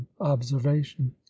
observation